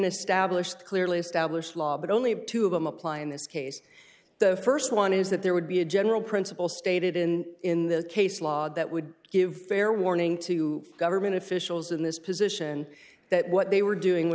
establish the clearly established law but only two of them apply in this case the st one is that there would be a general principle stated in in the case law that would give fair warning to government officials in this position that what they were doing was